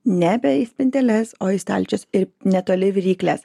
nebe į spinteles o į stalčius ir netoli viryklės